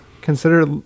consider